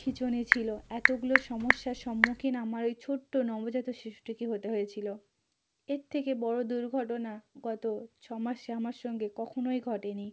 খিঁচুনি ছিল এতগুলো সমস্যার সম্মুখীন আমার ওই ছোটো নবজাত শিশুটিকে হতে হয়েছিল এর থেকে বড় দুর্ঘটনা গত ছমাসে আমার সঙ্গে কখনোই ঘটেনি